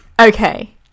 Okay